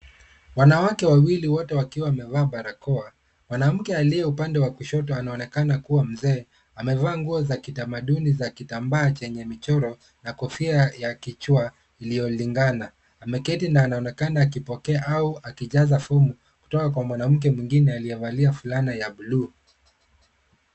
Wanawake wawili wote wakiwa wamevaa barakoa. Mwanamke aliye upande wa kushoto anaonekana kuwa mzee, amevaa nguo za kitamaduni za kitambaa chenye michoro, na kofia ya kichwa, iliyolingana. Mmeketi na anaonekana akipokea au akijaza fomu, kutoka kwa mwanamke mwingine aliyevalia fulana ya bluu.